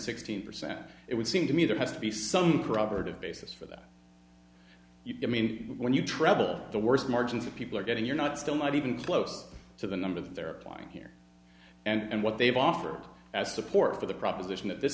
sixteen percent it would seem to me there has to be some corroborative basis for that i mean when you travel the worst margins that people are getting you're not still not even close to the number that they're apply here and what they've offered as support for the proposition that this